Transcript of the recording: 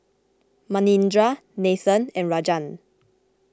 Manindra Nathan and Rajan